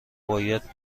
باید